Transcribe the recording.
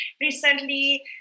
recently